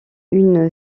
une